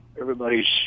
everybody's